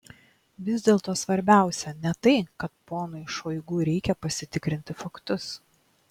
vis dėlto svarbiausia ne tai kad ponui šoigu reikia pasitikrinti faktus